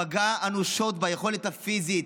פגעה אנושות ביכולת הפיזית,